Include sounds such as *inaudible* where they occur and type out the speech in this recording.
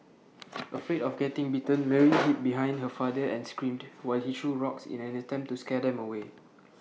afraid of getting bitten *noise* Mary hid behind her father and screamed while he threw rocks in an attempt to scare them away